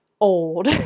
old